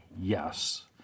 Yes